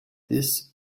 this